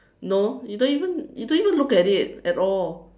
no you don't even you don't even look at it at all